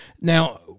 Now